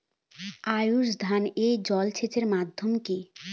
আউশ ধান এ জলসেচের মাধ্যম কি?